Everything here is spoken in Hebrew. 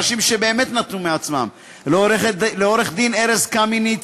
לאנשים שבאמת נתנו מעצמם: לעורך-דין ארז קמיניץ,